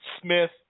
Smith